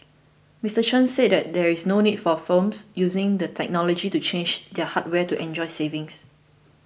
Mister Chen said that there is no need for firms using the technology to change their hardware to enjoy savings